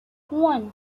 one